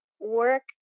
work